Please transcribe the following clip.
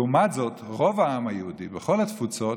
לעומת זאת, רוב העם היהודי בכל התפוצות